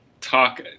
talk